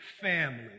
family